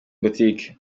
boutique